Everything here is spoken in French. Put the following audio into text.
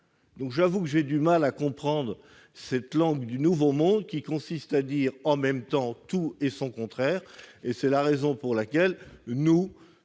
! J'avoue avoir du mal à comprendre cette langue du nouveau monde, qui consiste à dire en même temps tout et son contraire. C'est la raison pour laquelle, pour